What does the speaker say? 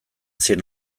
zien